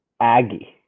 aggie